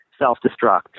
self-destruct